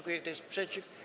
Kto jest przeciw?